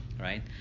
right